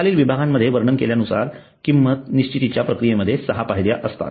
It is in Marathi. खालील विभागांमध्ये वर्णन केल्यानुसार किंमत निश्चितीच्या प्रक्रियेमध्ये सहा पायऱ्या असतात